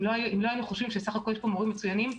אם לא היינו חושבים שיש פה מורים מצוינים,